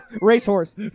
Racehorse